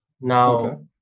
Now